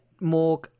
more